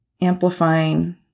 amplifying